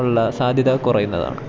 ഉള്ള സാധ്യത കുറയുന്നതാണ്